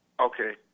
Okay